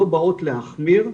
לא באות להחמיר,